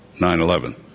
9-11